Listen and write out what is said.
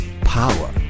power